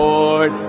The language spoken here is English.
Lord